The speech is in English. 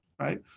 right